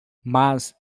mas